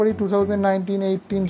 2019-18